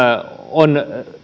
on